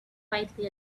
quietly